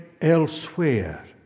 elsewhere